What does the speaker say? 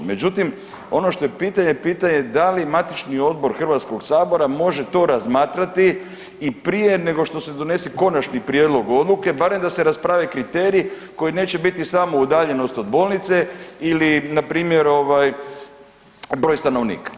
Međutim, ono što je pitanje, pitanje da li matični odbor HS-a može to razmatrati i prije nego što se donese konačni prijedlog odluke, barem da se rasprave kriteriji koji neće biti samo udaljenost od bolnice ili npr. broj stanovnika?